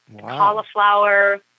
cauliflower